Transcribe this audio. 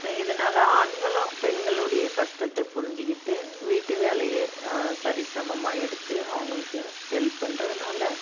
இதனால ஆண்களும் பெண்களுடைய கஷ்டத்தைப் புரிஞ்சுக்கிட்டு வீட்டு வேலையை சரி சமமாக எடுத்து அவங்களுக்கு ஹெல்ப் பண்ணுறதுனால